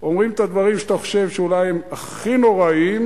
אומרים את הדברים שאתה חושב שהם אולי הכי נוראיים,